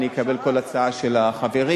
אני אקבל כל הצעה של החברים.